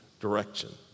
direction